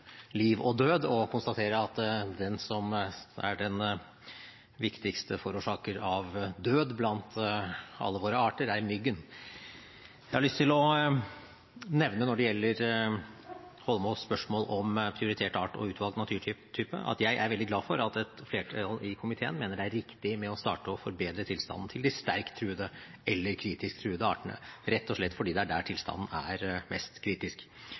liv og død å konstatere at den som er den viktigste forårsaker av død blant alle våre arter, er myggen. Jeg har lyst til å nevne, når det gjelder representanten Eidsvoll Holmås’ spørsmål om prioritert art og utvalgt naturtype, at jeg er veldig glad for at et flertall i komiteen mener det er riktig å starte med å forbedre tilstanden til de sterkt eller kritisk truede artene, rett og slett fordi det er der tilstanden er mest kritisk.